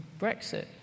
Brexit